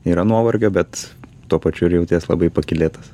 yra nuovargio bet tuo pačiu ir jauties labai pakylėtas